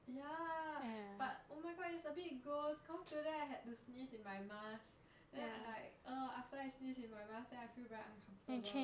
ya but oh my god it's a bit gross cause today I had to sneeze in my mask then I like uh after I sneezed in my mask then I feel very uncomfortable